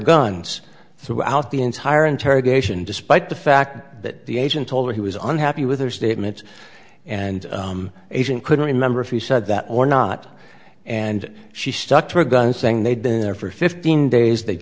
guns throughout the entire interrogation despite the fact that the agent told her he was unhappy with her statements and agent couldn't remember if he said that or not and she stuck to her guns saying they'd been there for fifteen days they